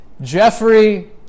Jeffrey